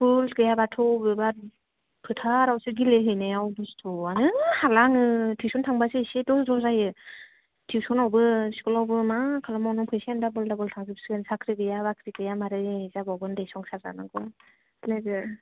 school गैयाब्लाथ' बबेबा फोथारावसो गेलेहैनायाव दुस्टवानो हाला आङो टिउसन थांब्लासो एसे धयज' जायो टिउसनावबो स्कुल आवबो मा खालामबावनो फैसायानो दाबल थांजोब सिगोन साख्रि गैया बाख्रि गैया माबोरै जाबावगोन दे संसार जानांगौ लोगो